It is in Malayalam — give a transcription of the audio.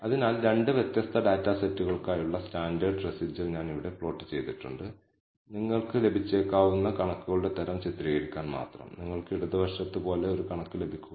അതിനാൽ നമുക്ക് പതിനാല് ഡാറ്റാ പോയിന്റുകളുള്ള ഒരു പ്രശ്നത്തിന്റെ അറ്റകുറ്റപ്പണിയുടെയോ സേവനത്തിന്റെയോ ഉദാഹരണത്തിലേക്ക് ഇത് പ്രയോഗിക്കാം കൂടാതെ എടുത്ത സമയവും വ്യത്യസ്ത സെയിൽസ്മാൻ റിപ്പയർ ചെയ്ത യൂണിറ്റുകളുടെ എണ്ണവും നൽകിയിരിക്കുന്നു